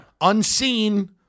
unseen